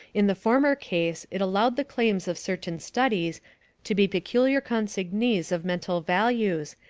in the former case, it allowed the claims of certain studies to be peculiar consignees of mental values,